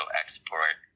export